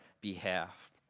behalf